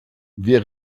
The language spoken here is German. wir